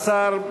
תודה לשר.